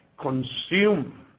consume